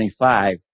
25